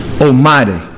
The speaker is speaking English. almighty